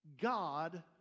God